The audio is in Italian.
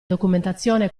documentazione